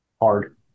Hard